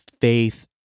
faith